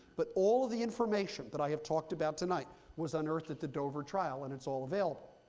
but all the information that i have talked about tonight was unearthed at the dover trial, and it's all available.